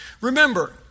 Remember